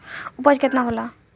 उपज केतना होला?